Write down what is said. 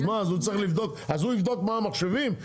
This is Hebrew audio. אז הוא יבדוק מה המחשבים?